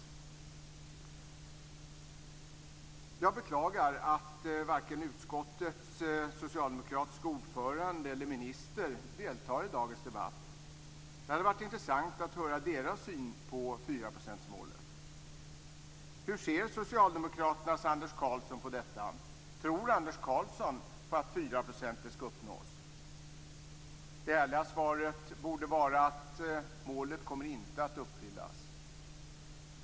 Jag beklagar att varken utskottets socialdemokratiske ordförande eller ministern deltar i dagens debatt. Det hade varit intressant att höra deras syn på 4 procentsmålet. Hur ser Socialdemokraternas Anders Karlsson på detta? Tror Anders Karlsson på talet om att de 4 procenten skall uppnås? Det ärliga svaret borde vara att målet inte kommer att uppfyllas.